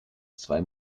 zwei